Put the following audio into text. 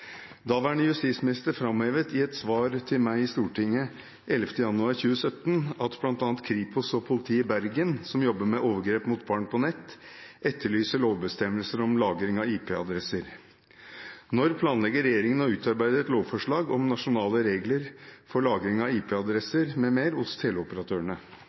Daværende justisminister framhevet i et svar til meg i Stortinget 11. januar 2017 at blant annet Kripos og politiet i Bergen, som jobber mot overgrep mot barn på nett, etterlyser lovbestemmelser om lagring av IP-adresser. Når planlegger regjeringen å utarbeide et lovforslag om nasjonale regler for lagring av IP-adresser m.m. hos